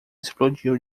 explodiu